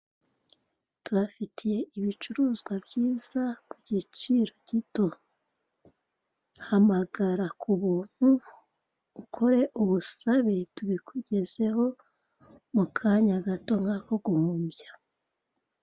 Tubafitiye ibicuruzwa byiza ku giciro gito, hamagara k'ubuntu ukore ubusabe tubikugezeho mu kanya gato nk'ako guhumbya.